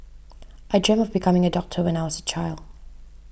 I dreamt of becoming a doctor when I was a child